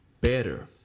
better